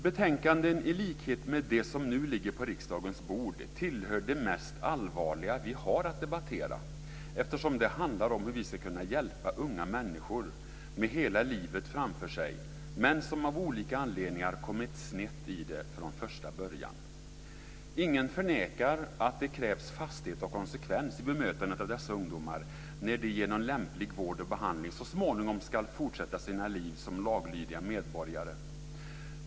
Betänkanden i likhet med det som nu ligger på riksdagens bord tillhör det mest allvarliga vi har att debattera, eftersom det handlar om hur vi ska kunna hjälpa unga människor med hela livet framför sig men som av olika anledningar har kommit snett i det från första början. Ingen förnekar att det krävs fasthet och konsekvens i bemötandet av dessa ungdomar när de genom lämplig vård och behandling så småningom ska fortsätta sina liv som laglydiga medborgare.